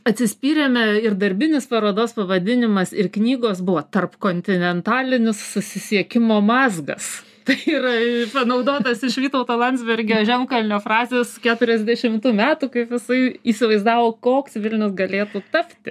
atsispyrėme ir darbinis parodos pavadinimas ir knygos buvo tarp kontinentalinis susisiekimo mazgas tai yra panaudotas iš vytauto landsbergio žemkalnio frazės keturiasdešimtų metų kaip jisai įsivaizdavo koks vilnius galėtų tapti